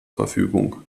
verfügung